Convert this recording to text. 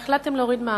והחלטתם להוריד מע"מ.